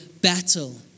battle